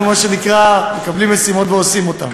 אנחנו, מה שנקרא, מקבלים משימות ועושים אותן.